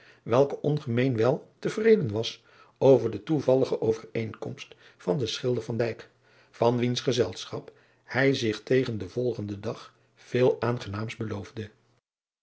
welke ongemeen wel te vreden was over de toevallige overkomst van den schilder van wiens gezelschap hij zich tegen den volgenden dag veel aangenaams beloofde